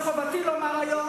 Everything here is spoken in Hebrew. וחובתי לומר היום: